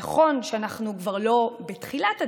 נכון שאנחנו כבר לא בתחילת הדרך,